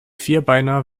vierbeiner